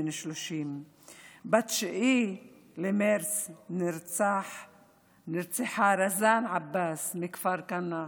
בן 30. ב-9 במרץ נרצחה רזאן עבאס מכפר כנא,